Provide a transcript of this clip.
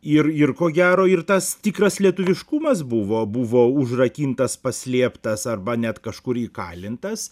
ir ir ko gero ir tas tikras lietuviškumas buvo buvo užrakintas paslėptas arba net kažkur įkalintas